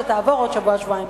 שתבוא בעוד שבוע-שבועיים.